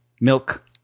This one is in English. Milk